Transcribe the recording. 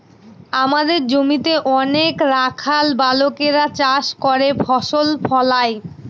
আমাদের জমিতে অনেক রাখাল বালকেরা চাষ করে ফসল ফলায়